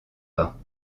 pas